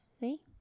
See